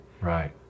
Right